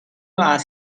are